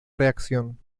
reacción